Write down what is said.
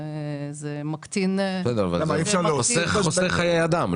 זה מקטין --- אבל חוסך חיי אדם.